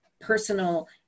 personal